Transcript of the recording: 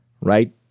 right